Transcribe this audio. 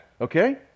Okay